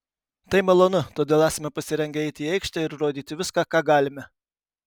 tai malonu todėl esame pasirengę eiti į aikštę ir rodyti viską ką galime